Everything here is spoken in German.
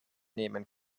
nehmen